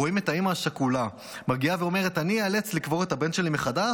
רואים את האימא השכולה מגיעה ואומרת: אני איאלץ לקבור את הבן שלי מחדש,